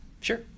Sure